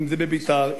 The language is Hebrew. אם בביתר,